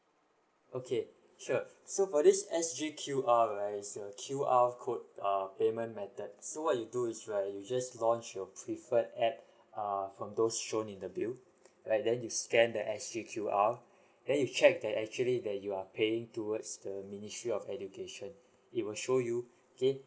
okay sure so for this S_G_Q_R right is a Q_R code err payment method so what you do is right you just launch your preferred app err from those shown in the bill right then you scan the S_G_Q_R then you check that actually that you are paying towards the ministry of education it will show you okay